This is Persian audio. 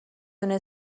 دونه